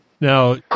Now –